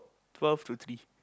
twelve to three